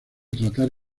tratar